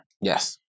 Yes